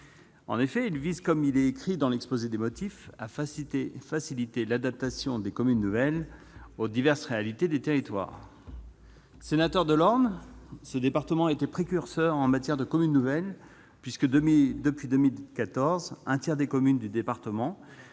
En effet, elle vise, comme il est écrit dans l'exposé des motifs, « à faciliter l'adaptation des communes nouvelles aux diverses réalités des territoires ». Je suis sénateur de l'Orne, un département précurseur en matière de communes nouvelles, puisque, depuis 2014, un tiers des communes du département,